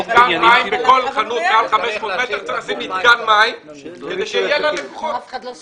בכל חנות מעל 500 מטרים צריך לשים מיתקן מים כדי שיהיה ללקוחות.